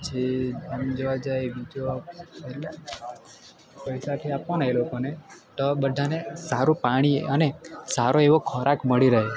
પછી આમ જોવા જઈએ બીજો એટલે પૈસાથી આપવાનો એ લોકોને તો બધાને સારું પાણી અને સારો એવો ખોરાક મળી રહે